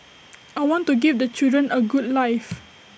I want to give the children A good life